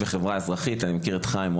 ואני מכיר את חיים,